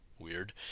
weird